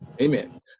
Amen